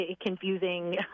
confusing